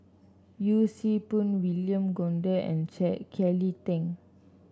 Yee Siew Pun William Goode and Kelly Tang